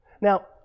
Now